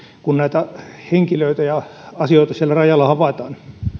kun näitä henkilöitä ja asioita siellä rajalla havaitaan